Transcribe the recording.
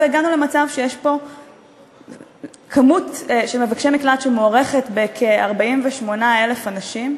והגענו למצב שיש פה מבקשי מקלט שמספרם מוערך ב-48,000 אנשים,